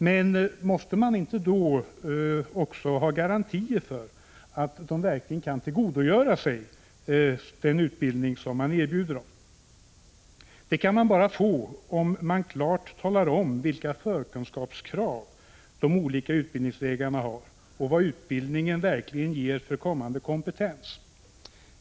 Men måste det inte också ges garantier för att de verkligen kan tillgodogöra sig den utbildning som erbjuds dem? Det är möjligt bara om man klart talar om vilka förkunskapskrav som ställs vid de olika utbildningsvägarna och vad utbildningen verkligen ger för kompetens.